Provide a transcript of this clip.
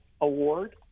award